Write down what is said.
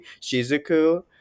Shizuku